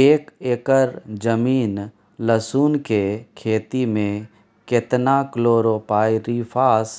एक एकर जमीन लहसुन के खेती मे केतना कलोरोपाईरिफास